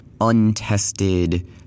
untested